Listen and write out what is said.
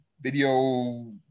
video